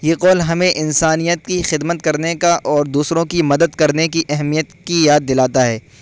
یہ قول ہمیں انسانیت کی خدمت کرنے کا اور دوسروں کی مدد کرنے کی اہمیت کی یاد دلاتا ہے